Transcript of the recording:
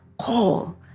call